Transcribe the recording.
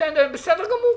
בסדר גמור.